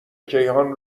کیهان